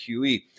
QE